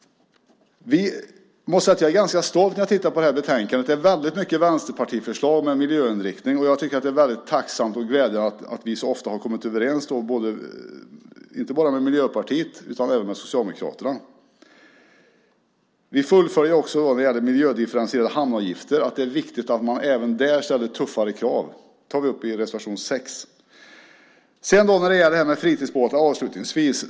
Jag är ganska stolt över det här betänkandet. Det finns väldigt mycket vänsterförslag med miljöinriktning, och jag tycker att det är tacksamt och glädjande att vi så ofta har kunnat komma överens inte bara med Miljöpartiet utan också med Socialdemokraterna. Vi fullföljer också detta med miljödifferentierade hamnavgifter. Det är viktigt att man även där ställer tuffare krav. Det tar vi upp i reservation 6. Avslutningsvis vill jag ta upp detta med fritidsbåtarna.